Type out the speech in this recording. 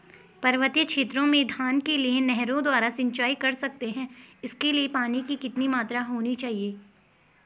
पर्वतीय क्षेत्रों में धान के लिए नहरों द्वारा सिंचाई कर सकते हैं इसके लिए पानी की कितनी मात्रा होनी चाहिए?